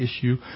issue